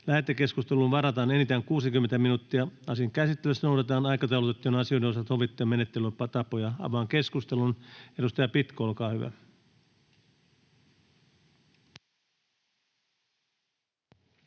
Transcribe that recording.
Lähetekeskusteluun varataan enintään 60 minuuttia. Asian käsittelyssä noudatetaan aikataulutettujen asioiden osalta sovittuja menettelytapoja. Avaan keskustelun. Edustaja Pitko, olkaa hyvä.